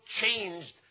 changed